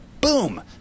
boom